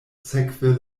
sekve